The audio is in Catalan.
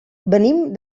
venim